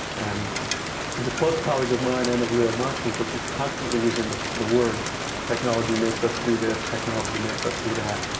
and she's a close colleague of mine and of leo marx's, but she's constantly using the the word technology makes us do this, technology makes us do that,